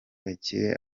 gakire